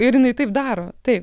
ir jinai taip daro taip